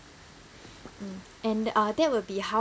mm and uh that will be how